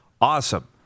awesome